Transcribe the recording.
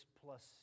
plus